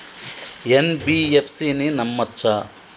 NBFC ని నమ్మచ్చా?